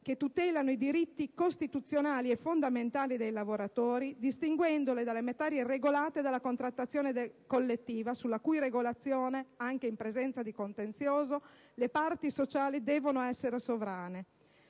che tutelano i diritti costituzionali e fondamentali dei lavoratori, distinguendole dalle materie regolate dalla contrattazione collettiva, sulla cui regolazione anche in presenza di contenzioso le parti sociali devono essere sovrane.